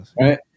Right